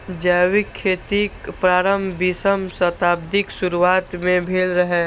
जैविक खेतीक प्रारंभ बीसम शताब्दीक शुरुआत मे भेल रहै